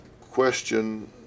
question